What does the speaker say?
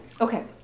Okay